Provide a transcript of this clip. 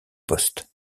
poste